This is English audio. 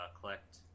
collect